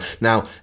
Now